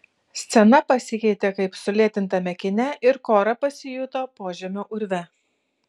scena pasikeitė kaip sulėtintame kine ir kora pasijuto požemio urve